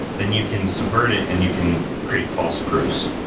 then you can subvert it and you can create false proofs,